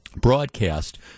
broadcast